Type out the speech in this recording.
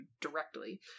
directly